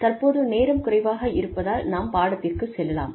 தற்போது நேரம் குறைவாக இருப்பதால் நாம் பாடத்திற்கு செல்லலாம்